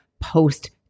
post